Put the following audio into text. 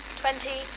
twenty